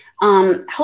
Help